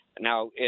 Now